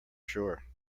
sure